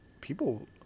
People